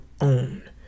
own